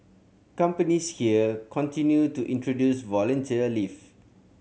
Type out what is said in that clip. companies here continue to introduce volunteer leave